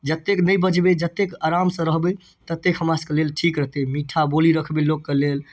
जतेक नहि बजबै जतेक आरामसँ रहबै ततेक हमरा सबके लेल ठीक रहतै मीठा बोली रखबै लोकके लेल